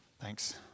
Thanks